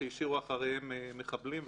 שהשאירו אחריהם מחבלים וכולי.